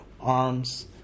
arms